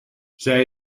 zij